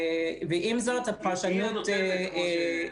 עם זאת -- היא הנותנת, כבוד היועצת המשפטית.